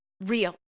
real